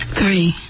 Three